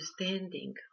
understanding